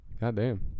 Goddamn